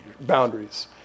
boundaries